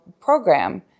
program